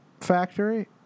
factory